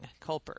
Culper